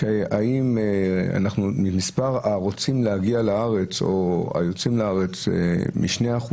שאם מספר הנכנסים והיוצאים מהארץ יעמדו על 2%,